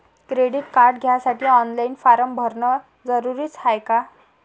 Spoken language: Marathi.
क्रेडिट कार्ड घ्यासाठी ऑनलाईन फारम भरन जरुरीच हाय का?